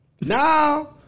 now